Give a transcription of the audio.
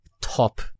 top